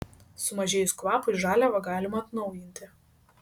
sumažėjus kvapui žaliavą galima atnaujinti